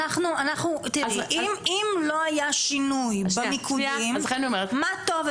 אם לא היה שינוי במיקודים מה טוב,